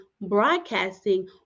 broadcasting